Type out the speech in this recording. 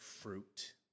fruit